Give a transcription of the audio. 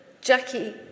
Jackie